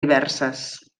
diverses